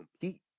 compete